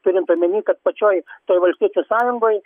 turint omeny kad pačioj toj valstiečių sąjungoj